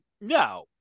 No